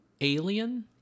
alien